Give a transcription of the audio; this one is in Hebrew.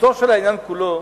תכליתו של העניין כולו,